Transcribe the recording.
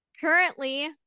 Currently